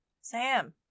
Sam